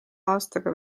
aastaga